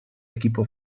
equipo